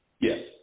Yes